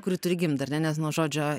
kuri turi gimdą ar ne nes nuo žodžio